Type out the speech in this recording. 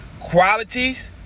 Qualities